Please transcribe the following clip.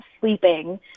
sleeping